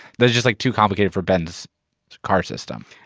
that's just like too complicated for ben's car system.